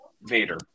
Vader